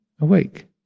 awake